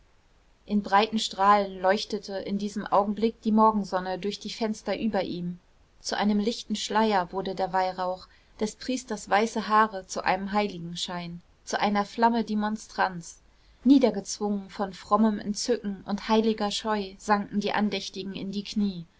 in breiten strahlen leuchtete in diesem augenblick die morgensonne durch die fenster über ihm zu einem lichten schleier wurde der weihrauch des priesters weiße haare zu einem heiligenschein zu einer flamme die monstranz niedergezwungen von frommem entzücken und heiliger scheu sanken die andächtigen in die knie